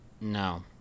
no